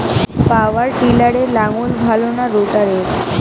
পাওয়ার টিলারে লাঙ্গল ভালো না রোটারের?